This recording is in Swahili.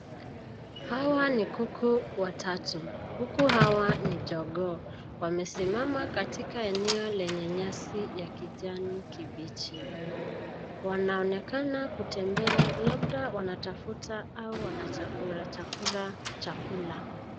Hawa ni kuku watatu, kuku hawa ni jogoo, wamesimama katika eneo lenye ya nyasi ya kijani kibichi wanaonekana kutembea labda wanatafuta au wanachakura chakura chakula.